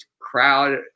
crowd